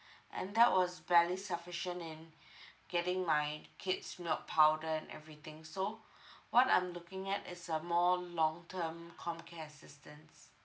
and that was barely sufficient in getting my kids' milk powder and everything so what I'm looking at is a more long term comcare assistance